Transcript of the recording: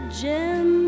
gem